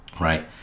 right